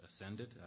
ascended